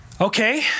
Okay